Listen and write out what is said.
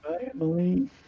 Emily